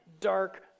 dark